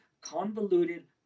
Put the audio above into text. Convoluted